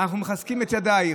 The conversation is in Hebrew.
אנחנו מחזקים את ידייך.